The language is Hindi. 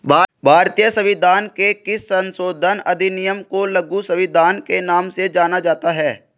भारतीय संविधान के किस संशोधन अधिनियम को लघु संविधान के नाम से जाना जाता है?